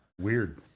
weird